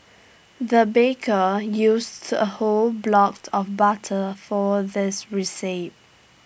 the baker used A whole blocked of butter for this recipe